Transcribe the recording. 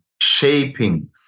shaping